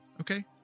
Okay